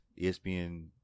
ESPN